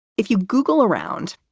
if you google around,